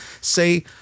say